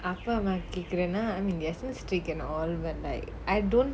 அப்பா அம்மா கேக்குற:appa amma kekura I mean they're still strict and all but like I don't